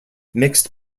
mixed